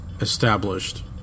established